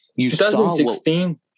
2016